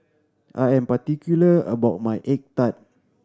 I am particular about my egg tart